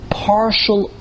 partial